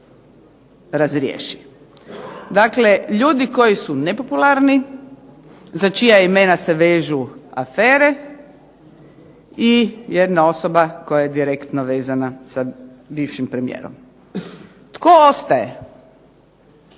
Dakle, ljudi koji su nepopularni, za čija imena se vežu afere i jedna osoba koja je direktno vezana sa bivšim premijerom. Tko ostaje?